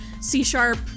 C-Sharp